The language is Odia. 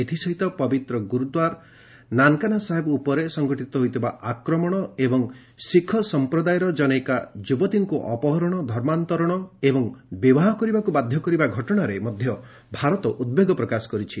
ଏଥିସହିତ ପବିତ୍ର ଗୁରୁଦ୍ଧାର ନାନକାନା ସାହେବ ଉପରେ ସଂଘଟିତ ହୋଇଥିବା ଆକ୍ରମଣ ଏବଂ ଶିଖ ସଂପ୍ରଦାୟର ଜନୈକା ଯୁବତୀଙ୍କୁ ଅପହରଣ ଧର୍ମାନ୍ତରଣ ଏବଂ ବିବାହ କରିବାକୁ ବାଧ୍ୟ କରିବା ଘଟଣାରେ ମଧ୍ୟ ଭାରତ ଉଦ୍ବେଗ ପ୍ରକାଶ କରିଛି